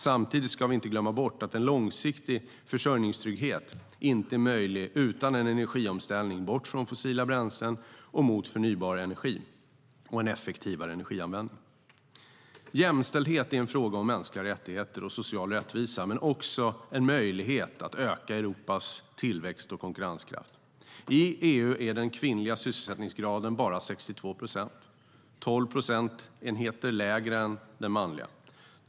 Samtidigt ska vi inte glömma bort att en långsiktig försörjningstrygghet inte är möjlig utan en energiomställning bort från fossila bränslen och mot förnybar energi och en effektivare energianvändning. Jämställdhet är en fråga om mänskliga rättigheter och social rättvisa men är också en möjlighet att öka Europas tillväxt och konkurrenskraft. I EU är den kvinnliga sysselsättningsgraden bara 62 procent, 12 procentenheter lägre än den manliga.